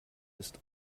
ist